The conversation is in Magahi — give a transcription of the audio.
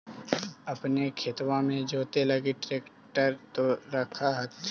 अपने खेतबा मे जोते लगी ट्रेक्टर तो रख होथिन?